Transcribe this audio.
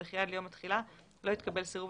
וכי עד ליום התחילה לא התקבל סירוב